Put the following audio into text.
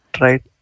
right